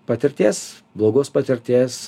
patirties blogos patirties